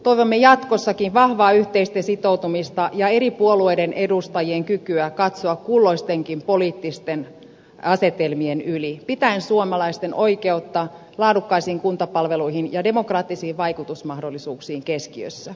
toivomme jatkossakin vahvaa yhteistä sitoutumista ja eri puolueiden edustajien kykyä katsoa kulloistenkin poliittisten asetelmien yli pitäen suomalaisten oikeutta laadukkaisiin kuntapalveluihin ja demokraattisiin vaikutusmahdollisuuksiin keskiössä